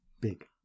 big